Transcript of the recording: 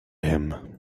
him